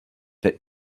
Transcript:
but